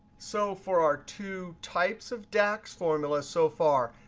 so for our two types of dax formulas so far,